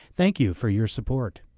thank you for your support.